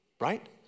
right